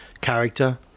character